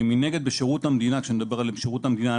מנגד, לגבי שירות המדינה.